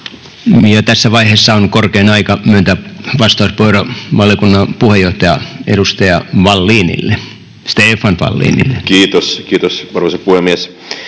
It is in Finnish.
Tässä vaiheessa on korkein aika myöntää vastauspuheenvuoro valiokunnan puheenjohtaja, edustaja Stefan Wallinille. Kiitos, arvoisa puhemies!